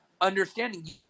understanding